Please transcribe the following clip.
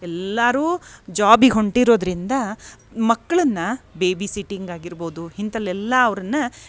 ಎಲ್ಲಾರೂ ಜಾಬಿಗೆ ಹೊಂಟಿರೋದರಿಂದ ಮಕ್ಕಳನ್ನು ಬೇಬಿ ಸಿಟ್ಟಿಂಗ್ ಆಗಿರ್ಬೋದು ಇಂಥಲ್ಲೆಲ್ಲ ಅವ್ರನ್ನ